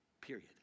period